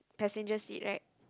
passenger seat right